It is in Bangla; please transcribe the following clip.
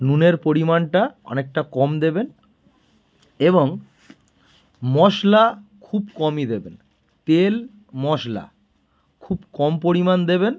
নুনের পরিমাণটা অনেকটা কম দেবেন এবং মশলা খুব কমই দেবেন তেল মশলা খুব কম পরিমাণ দেবেন